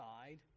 side